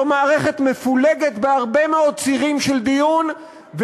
זו מערכת מפולגת בהרבה מאוד צירים של דיון,